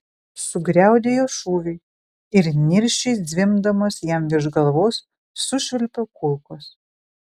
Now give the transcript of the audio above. sugriaudėjo šūviai ir niršiai zvimbdamos jam virš galvos sušvilpė kulkos